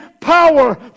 power